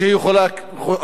כך היא חושבת,